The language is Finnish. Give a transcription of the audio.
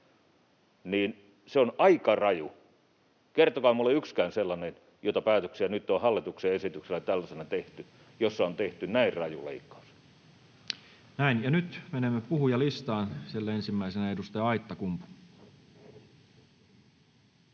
ja se on aika raju. Kertokaa minulle yksikin sellainen päätös, joita nyt on hallituksen esityksellä tällaisenaan tehty, jossa on tehty näin raju leikkaus. Näin. — Ja nyt menemme puhujalistaan. Siellä ensimmäisenä edustaja Aittakumpu.